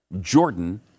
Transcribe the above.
Jordan